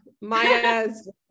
Maya's